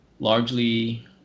largely